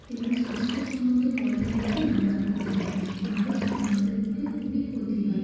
এবং স্বাস্থ্যসম্মত বজায় রেখে রান্না করতে হয় না হলে সেটা আমাদের পক্ষে খুবই ক্ষতি হয়